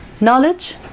knowledge